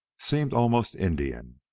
seemed almost indian.